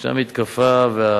ישנה מתקפה.